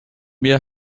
mir